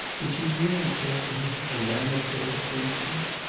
did she really care for him, as anna cared, for instance?